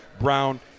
Brown